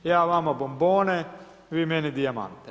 Ja vama bonbone, vi meni dijamante.